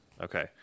Okay